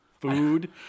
Food